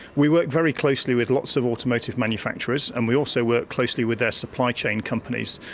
we work very closely with lots of automotive manufacturers, and we also work closely with their supply chain companies.